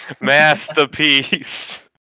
Masterpiece